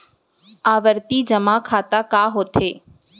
आवर्ती जेमा खाता का होथे?